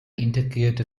integrierte